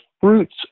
fruits